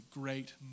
great